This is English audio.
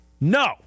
No